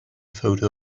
photo